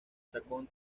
chacón